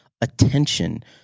attention